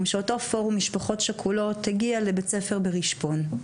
שאותו פורום משפחות שכולות הגיע לבית ספר ברשפון.